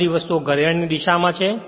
આ બધી વસ્તુઓ ઘડિયાળની દિશામાં છે